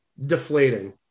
Deflating